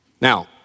Now